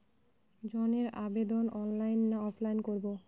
ঋণের আবেদন অনলাইন না অফলাইনে করব?